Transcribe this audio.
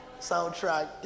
Soundtrack